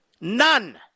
None